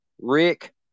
Rick